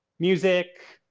music,